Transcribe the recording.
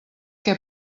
què